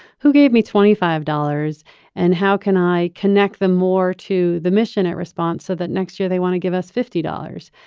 who gave me twenty five dollars and how can i connect them more to the mission at response so that next year they want to give us fifty dollars.